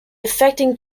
affecting